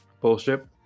bullshit